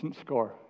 score